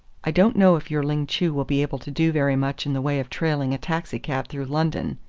i don't know if your ling chu will be able to do very much in the way of trailing a taxicab through london.